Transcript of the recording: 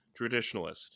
traditionalist